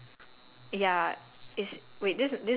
okay ya ya ya ya you can drink later